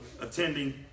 attending